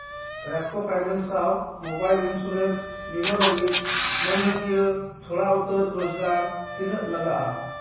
Repco finance ᱥᱟᱶ mobile insurance ᱵᱤᱢᱟ ᱞᱟᱹᱜᱤᱫ ᱢᱟᱹᱱᱦᱟᱹᱠᱤᱭᱟᱹ ᱛᱷᱚᱲᱟ ᱩᱛᱟᱹᱨ ᱨᱚᱡᱽᱜᱟᱨ ᱛᱤᱱᱟᱹᱜ ᱞᱟᱜᱟᱜᱼᱟ